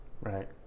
Right